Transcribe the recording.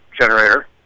generator